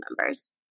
members